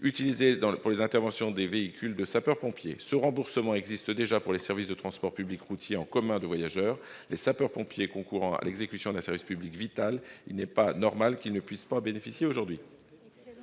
utilisé pour les interventions des véhicules des sapeurs-pompiers. Ce remboursement existe déjà pour les services de transports publics routiers en commun de voyageurs. Les sapeurs-pompiers concourant à l'exécution d'un service public vital, il n'est pas normal qu'ils ne puissent pas en bénéficier aujourd'hui.